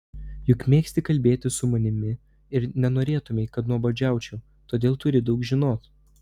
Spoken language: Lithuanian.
juk mėgsti kalbėti su manimi ir nenorėtumei kad nuobodžiaučiau todėl turi daug žinoti